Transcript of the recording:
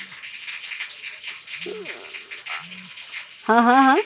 হ্যাঁ হ্যাঁ হ্যাঁ